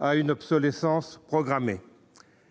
à une obsolescence programmée,